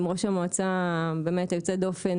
עם ראש מועצה באמת יוצא דופן,